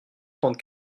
trente